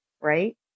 right